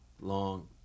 long